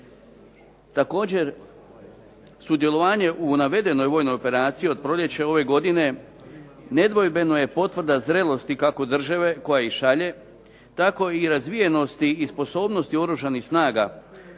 Također, sudjelovanje u navedenoj vojnoj operaciji od proljeća ove godine nedvojbeno je potvrda zrelosti kako države koja ih šalje, tako i razvijenosti i sposobnosti Oružanih snaga